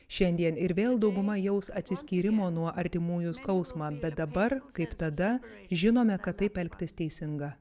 šiandien ir vėl dauguma jaus atsiskyrimo nuo artimųjų skausmą bet dabar kaip tada žinome kad taip elgtis teisinga